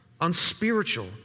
unspiritual